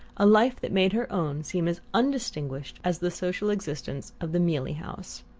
a life that made her own seem as undistinguished as the social existence of the mealey house.